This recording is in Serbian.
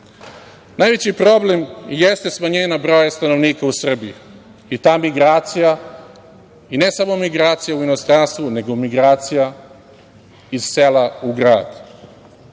dolara. Najveći problem jeste smanjenje broja stanovnika u Srbiji i ta migracija, i ne samo migracija u inostranstvo, nego migracija iz sela u grad.